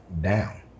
down